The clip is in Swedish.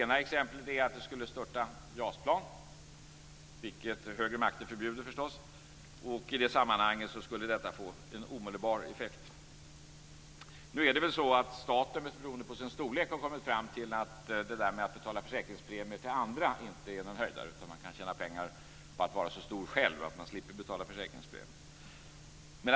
Ett exempel är att ett JAS-plan skulle störta - vilket högre makter förstås förbjude. Detta skulle i sammanhanget omedelbart få effekt. Men nu är det väl så att staten, mest beroende på sin storlek, har kommit fram till att detta med att betala försäkringspremier till andra inte är någon höjdare, utan man kan tjäna pengar på att vara så stor själv att man slipper betala försäkringspremier.